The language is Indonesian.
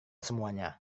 semuanya